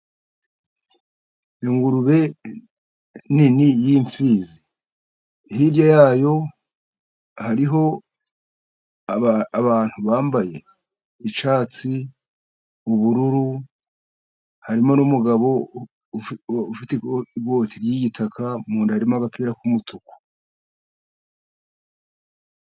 Ingurube nini y'imfizi, hirya ya yo hariho abantu bambaye icyatsi, ubururu, harimo n'umugabo ufite ikoti ry'igitaka mu nda harimo agapira k'umutuku.